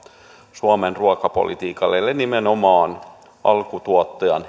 suomen ruokapolitiikalle eli nimenomaan alkutuottajan